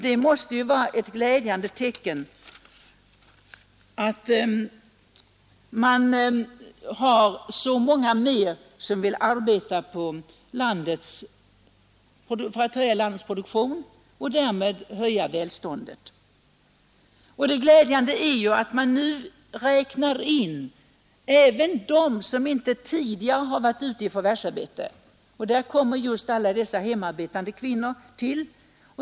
Det måste ju vara ett glädjande tecken att så många fler vill arbeta för att höja landets produktion och därmed öka välståndet. Det glädjande är också att man nu räknar in även dem som inte tidigare har varit ute i förvärvsarbetet. Där tillkommer alla dessa hemarbetande kvinnor.